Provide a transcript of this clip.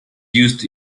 used